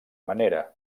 manera